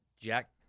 Jack